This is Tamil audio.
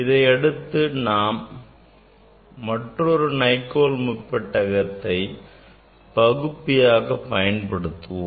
இதை அடுத்து நாம் மற்றொரு Nicol முப்பெட்டகத்தை பகுப்பியாக பயன்படுத்துவோம்